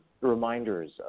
reminders